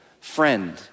friend